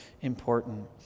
important